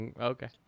Okay